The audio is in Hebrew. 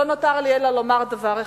לא נותר לי אלא לומר דבר אחד,